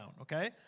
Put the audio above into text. okay